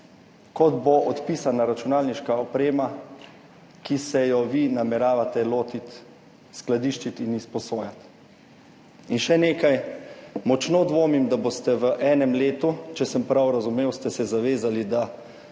kot bo odpisana računalniška oprema, ki ste se jo vi nameravate lotiti, skladiščiti in izposojati. In še nekaj. Močno dvomim, da boste v enem letu, če sem prav razumel, ste se zavezali, da